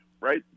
Right